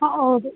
ಹಾಂ ಔದು